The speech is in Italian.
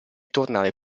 tornare